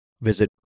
visit